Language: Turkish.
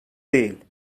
değil